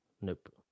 Nope